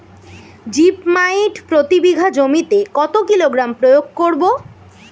Zip মাইট প্রতি বিঘা জমিতে কত কিলোগ্রাম প্রয়োগ করব?